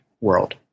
world